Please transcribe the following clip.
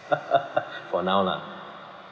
for now lah